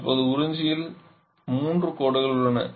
இப்போது உறிஞ்சியில் மூன்று கோடுகள் உள்ளன